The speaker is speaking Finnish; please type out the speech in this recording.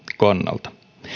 kannalta